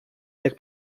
jak